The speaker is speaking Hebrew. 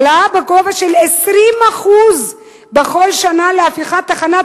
העלאה בגובה של 20% בכל שנה להפיכת תחנת